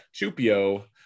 Chupio